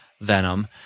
Venom